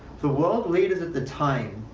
the world leaders at the time,